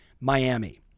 Miami